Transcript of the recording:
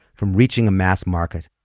from reaching a mass market.